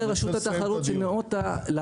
ברגע שעל צרכנים זה ישפיע עליהם בשעת הקנייה, לכל